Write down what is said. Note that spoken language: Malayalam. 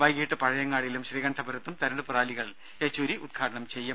വൈകീട്ട് പഴയങ്ങാടിയിലും ശ്രീകണ്ഠപുരത്തും തെരഞ്ഞെടുപ്പു റാലികൾ യെച്ചൂരി ഉദ്ഘാടനം ചെയ്യും